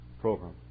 program